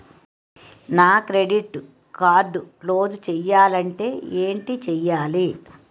నా credit card close చేయాలంటే ఏంటి చేయాలి?